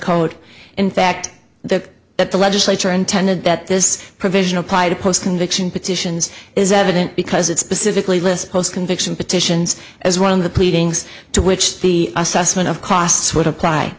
code in fact the that the legislature intended that this provision apply to post conviction petitions is evident because it specifically lists post conviction petitions as one of the pleadings to which the assessment of costs would apply